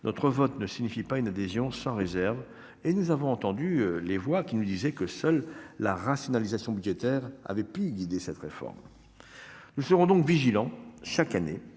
notre vote ne signifie pas une adhésion sans réserve. Nous avons par ailleurs entendu les voix qui nous disaient que seule la rationalisation budgétaire avait guidé cette réforme. Nous serons donc vigilants, chaque année,